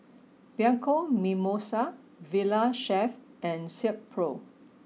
Bianco Mimosa Valley Chef and Silkpro